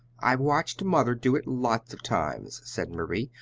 i've watched mother do it lots of times, said marie.